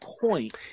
point